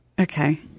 Okay